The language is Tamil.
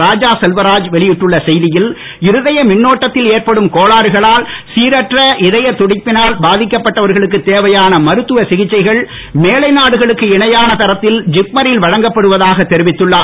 ராஜா செல்வராஜ் வெளியிட்டுள்ள செய்தியில் இருதய மின்னோட்டத்தில் ஏற்படும் கோளாறுகளால் சீரற்ற இருதயத் துடிப்பினுல் பாதிக்கப் பட்டவர்களுக்கு தேவையான மருத்துவ சிகிச்சைகள் மேலை நாடுகளுக்கு இணையான தரத்தில் ஜிப்மரில் வழங்கப்படுவதாகத் தெரிவித்துள்ளார்